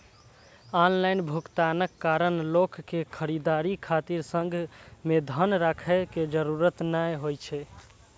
online भुगतानक कारण लोक कें खरीदारी खातिर संग मे धन राखै के जरूरत नै होइ छै